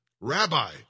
Rabbi